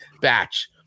batch